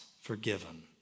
forgiven